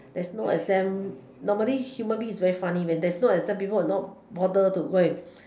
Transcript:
there's no exam normally human being is very funny when there's no exam people will not bother to go and